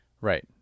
right